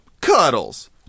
Cuddles